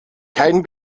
kein